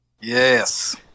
Yes